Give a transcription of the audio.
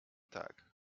tag